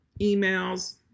emails